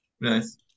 nice